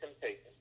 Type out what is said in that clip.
temptation